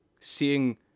seeing